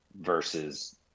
versus